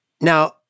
Now